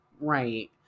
Right